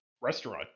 restaurant